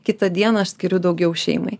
kitą dieną aš skiriu daugiau šeimai